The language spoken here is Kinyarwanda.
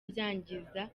byangiza